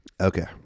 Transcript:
Okay